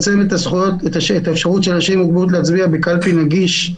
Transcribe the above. את האפשרות של אנשים עם מוגבלות להצביע בקלפי נגישה